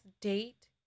date